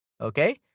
Okay